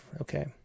okay